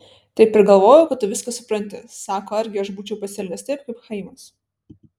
taip ir galvojau kad tu viską supranti sako argi aš būčiau pasielgęs taip kaip chaimas